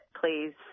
Please